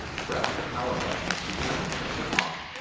press the power button to turn the printer off.